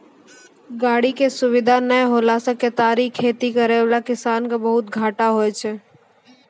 गाड़ी के सुविधा नै होला से केतारी खेती करै वाला किसान के बहुते घाटा हुवै छै